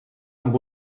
amb